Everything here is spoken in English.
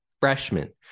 freshman